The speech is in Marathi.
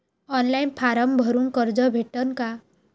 ऑनलाईन फारम भरून कर्ज भेटन का?